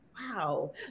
wow